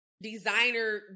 designer